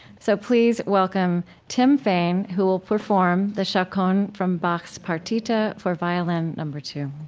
so please welcome tim fain, who will perform the chaconne from bach's partita for violin number two